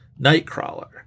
Nightcrawler